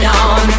on